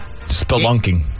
Spelunking